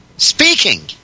Speaking